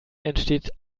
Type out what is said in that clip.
entsteht